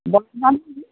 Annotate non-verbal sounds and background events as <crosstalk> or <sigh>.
<unintelligible>